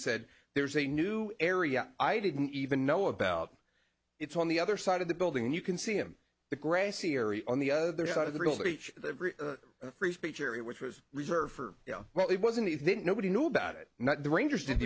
said there's a new area i didn't even know about it's on the other side of the building and you can see him the grassy area on the other side of the rule that each free speech area which was reserved for well it wasn't that nobody knew about it not the rangers didn't